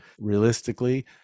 Realistically